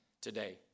today